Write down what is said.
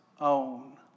own